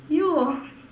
you hor